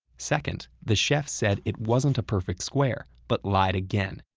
second, the chef said it wasn't a perfect square but lied again,